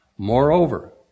Moreover